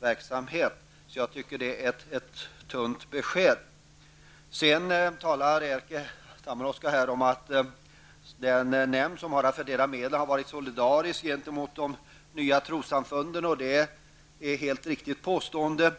verksamhet. Jag tycker att det är ett tunt besked. Erkki Tammenoksa talade här om att den nämnd som har att fördela medel har varit solidarisk gentemot de nya trossamfunden. Det är ett riktigt påstående.